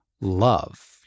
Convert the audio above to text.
love